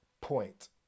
point